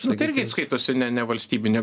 nu tai irgi skaitosi ne nevalstybinė